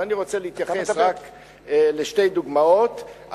ואני רוצה להתייחס רק לשתי דוגמאות,